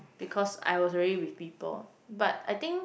because I was already with people but I think